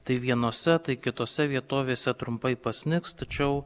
tai vienose tai kitose vietovėse trumpai pasnigs tačiau